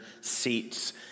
seats